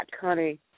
honey